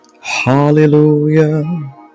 hallelujah